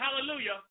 Hallelujah